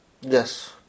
Yes